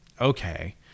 okay